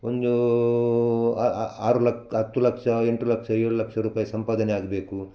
ಒಂಜು ಆರು ಲಕ್ ಹತ್ತು ಲಕ್ಷ ಎಂಟು ಲಕ್ಷ ಏಳು ಲಕ್ಷ ರೂಪಾಯಿ ಸಂಪಾದನೆ ಆಗಬೇಕು